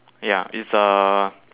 ya it's a